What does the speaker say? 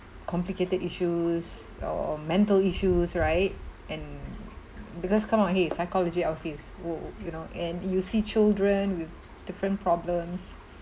complicated issues or mental issues right and because come out here psychology office w~ w~ you know and you see children with different problems